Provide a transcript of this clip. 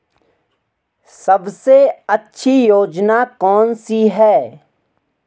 सबसे अच्छी योजना कोनसी है?